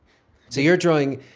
so you're drawing